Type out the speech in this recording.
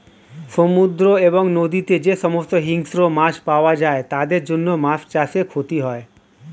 সমুদ্র এবং নদীতে যে সমস্ত হিংস্র মাছ পাওয়া যায় তাদের জন্য মাছ চাষে ক্ষতি হয়